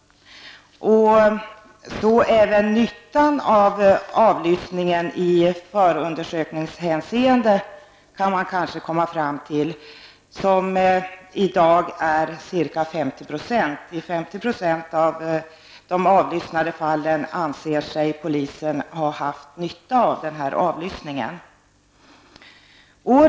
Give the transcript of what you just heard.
När det gäller nyttan av avlyssningen i förundersökningshänseende är det i 50 % av fallen som polisen anser sig ha haft nytta av avlyssningen.